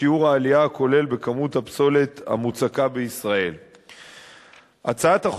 מאפייני ציוד זה והפסולת הנוצרת ממנו דורשים התייחסות מיוחדת ושונה מסוגי